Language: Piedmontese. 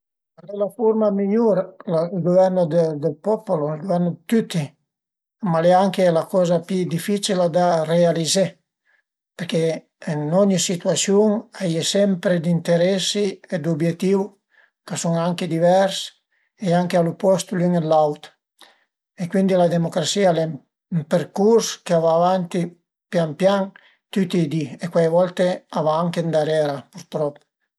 Al e la furma migliur, il governo del popolo, ël guvern dë tüti, ma al e anche la coza pi dificil da realizé perché ën ogni situasiun a ie sempre ün interesi e d'ubietìu ch'a sun anche divers e anche a l'opost l'ün dë l'aut e cuindi la demucrasìa al e ün percurs ch'a va avanti pian pian tüti i di e cuai volte a va anche ëndarera pürtrop